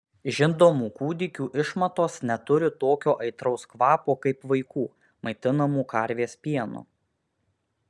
žindomų kūdikių išmatos neturi tokio aitraus kvapo kaip vaikų maitinamų karvės pienu